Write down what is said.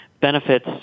Benefits